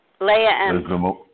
Leia